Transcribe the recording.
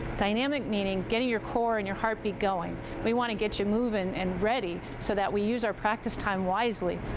dynamic meaning getting your core and your heartbeat going. we want to get you moving and ready so that we use our practice time wisely.